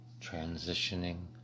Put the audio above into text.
Transitioning